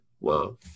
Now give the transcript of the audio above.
wow